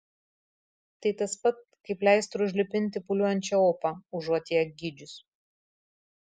tai tas pat kaip pleistru užlipinti pūliuojančią opą užuot ją gydžius